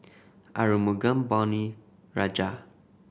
Arumugam Ponnu Rajah